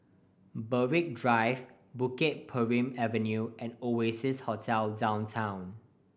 Berwick Drive Bukit Purmei Avenue and Oasia Hotel Downtown